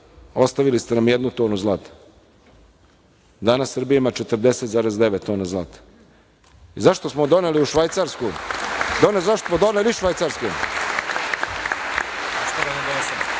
ostavili jednu tonu zlata. Danas Srbija ima 40,9 tona zlata. Zašto smo doneli u Švajcarsku? Pa onda zašto smo doneli iz Švajcarske?